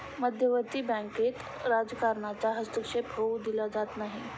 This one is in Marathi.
मध्यवर्ती बँकेत राजकारणाचा हस्तक्षेप होऊ दिला जात नाही